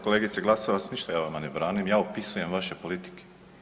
Kolegice Glasova ništa ja vama ne branim, ja opisujem vaše politike.